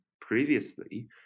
previously